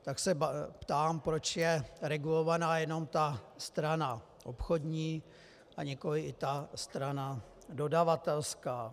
Tak se ptám, proč je regulovaná jenom ta strana obchodní, a nikoliv i ta strana dodavatelská.